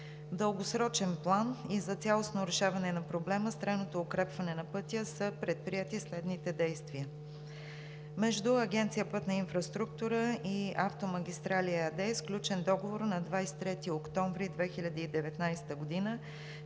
дългосрочен план и за цялостно решаване на проблема с трайното укрепване на пътя са предприети следните действия: между Агенция „Пътна инфраструктура“ и „Автомагистрали“ ЕАД е сключен договор на 23 октомври 2019 г. за